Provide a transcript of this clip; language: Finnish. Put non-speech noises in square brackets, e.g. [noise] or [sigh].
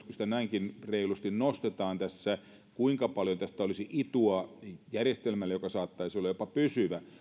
[unintelligible] kun tätä näinkin reilusti nostetaan tässä niin kuinka paljon tästä olisi itua järjestelmälle joka saattaisi olla jopa pysyvä